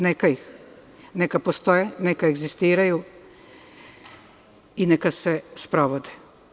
Neka postoje, neka egzistiraju i neka se sprovode.